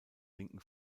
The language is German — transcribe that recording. linken